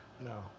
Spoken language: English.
No